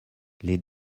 les